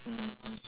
mm